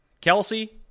Kelsey